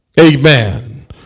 Amen